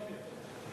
מגרמניה,